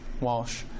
Walsh